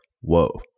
whoa